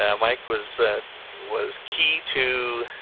and mike was was key to,